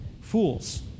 Fools